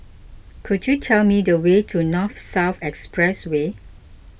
could you tell me the way to North South Expressway